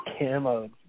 camo